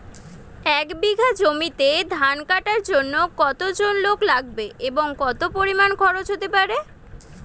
এক বিঘা জমিতে ধান কাটার জন্য কতজন লোক লাগবে এবং কত পরিমান খরচ হতে পারে?